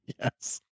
Yes